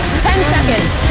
ten seconds,